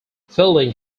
fielding